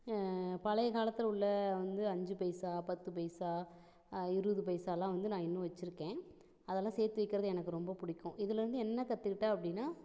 பழைய காலத்தில் உள்ள வந்து அஞ்சு பைசா பத்து பைசா இருபது பைசால்லாம் வந்து நான் இன்னும் வச்சிருக்கேன் அதல்லாம் சேர்த்து வைக்கிறது எனக்கு ரொம்ப பிடிக்கும் இதுலேருந்து என்ன கற்றுகிட்டேன் அப்படின்னா